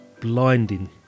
blinding